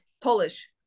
Polish